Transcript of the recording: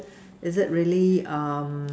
is it really um